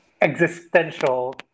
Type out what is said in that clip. existential